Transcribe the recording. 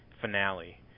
finale